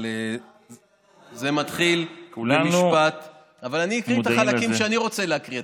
אבל אני אקריא את החלקים שאני רוצה להקריא.